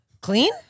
Clean